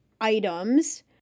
items